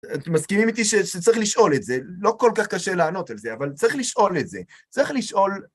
אתם מסכימים איתי שצריך לשאול את זה, לא כל כך קשה לענות על זה, אבל צריך לשאול את זה, צריך לשאול...